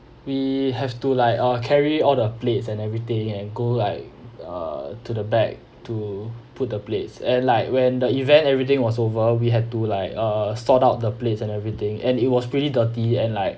we have to like uh carry all the plates and everything and go like err to the back to put the plates and like when the event everything was over we had to like uh sort out the plates and everything and it was pretty dirty and like